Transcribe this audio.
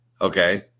okay